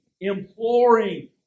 imploring